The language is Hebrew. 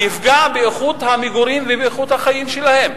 שיפגע באיכות המגורים ובאיכות החיים שלהם.